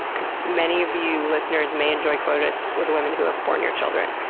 because many of you listeners may enjoy coitus with women who have borne your children.